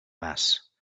mass